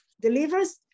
delivers